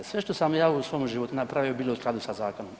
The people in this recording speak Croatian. Sve što sam ja u svom životu napravio bilo je u skladu sa zakonom.